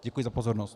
Děkuji za pozornost.